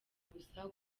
gusa